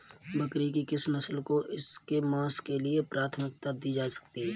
बकरी की किस नस्ल को इसके मांस के लिए प्राथमिकता दी जाती है?